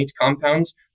compounds